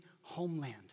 homeland